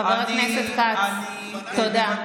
חבר הכנסת כץ, תודה.